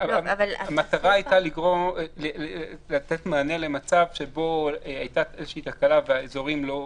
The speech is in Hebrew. המטרה הייתה לתת מענה למצב שבו הייתה איזושהי תקלה והאזורים לא עודכנו.